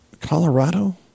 Colorado